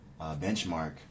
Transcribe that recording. benchmark